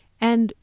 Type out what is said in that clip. and,